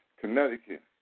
Connecticut